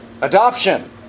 Adoption